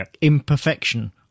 imperfection